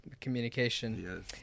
communication